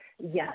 Yes